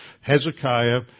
Hezekiah